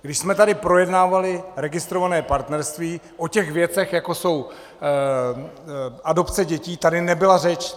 Když jsme tady projednávali registrované partnerství, o těch věcech, jako jsou adopce dětí, tady nebyla řeč.